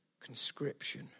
Conscription